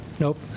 Nope